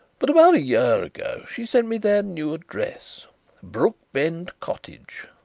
but about a year ago she sent me their new address brookbend cottage,